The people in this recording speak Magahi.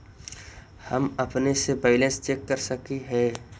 हम अपने से बैलेंस चेक कर सक हिए?